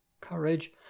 Courage